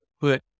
put